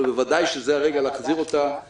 אני חושב שצריך להחזיר אותה בכלל,